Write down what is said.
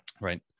right